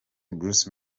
bruce